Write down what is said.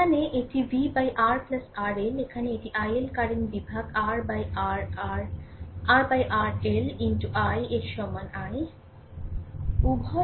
এখানে এটি v RRL এখানে এটি IL কারেন্ট বিভাগ R R R RRL i এর সমান I